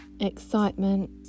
excitement